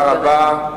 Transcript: תודה רבה.